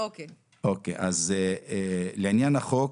לעניין החוק,